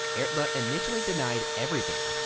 erla initially denied everything.